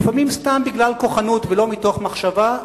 לפעמים סתם בגלל כוחנות ולא מתוך מחשבה,